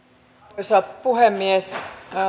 arvoisa puhemies